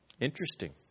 interesting